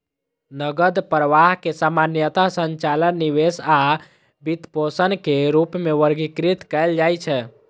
नकद प्रवाह कें सामान्यतः संचालन, निवेश आ वित्तपोषण के रूप मे वर्गीकृत कैल जाइ छै